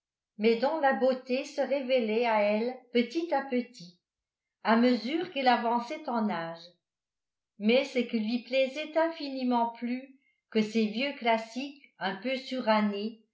mais dont la beauté se révélait à elle petit à petit à mesure qu'elle avançait en âge mais ce qui lui plaisait infiniment plus que ces vieux classiques un peu surannés